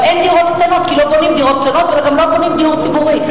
אבל אין דירות קטנות כי לא בונים דירות קטנות וגם לא בונים דיור ציבורי.